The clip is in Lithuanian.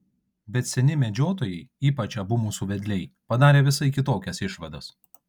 bet seni medžiotojai ypač abu mūsų vedliai padarė visai kitokias išvadas